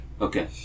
Okay